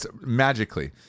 magically